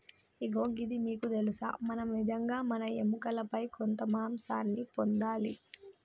ఇగో గిది మీకు తెలుసా మనం నిజంగా మన ఎముకలపై కొంత మాంసాన్ని పొందాలి